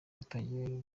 batangiye